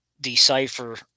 decipher